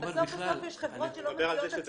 בסוף יש חברות שלא מסיעות.